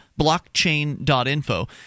blockchain.info